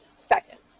seconds